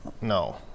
no